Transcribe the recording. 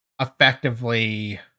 effectively